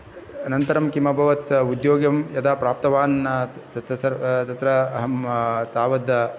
अनन्तरं किम् अभवत् उध्योगम् यदा प्राप्तवान् तत् तत्र अहम् तावत्